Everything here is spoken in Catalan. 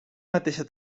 mateixa